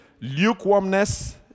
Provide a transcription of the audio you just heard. lukewarmness